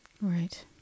Right